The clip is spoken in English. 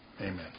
Amen